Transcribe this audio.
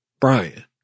Brian